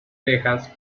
texas